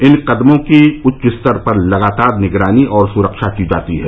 इन कदमों की उच्च स्तर पर लगातार निगरानी और सुरक्षा की जाती है